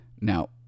now